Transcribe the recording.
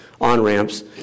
on-ramps